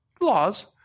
Laws